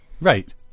Right